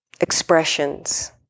expressions